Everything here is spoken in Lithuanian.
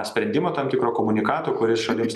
sprendimo tam tikro komunikato kuris šalims